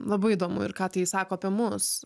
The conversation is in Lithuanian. labai įdomu ir ką tai sako apie mus